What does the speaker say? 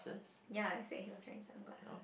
ya i said he's wearing sunglasses